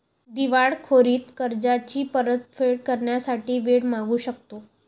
दिवाळखोरीत कर्जाची परतफेड करण्यासाठी वेळ मागू शकतो